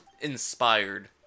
inspired